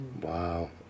Wow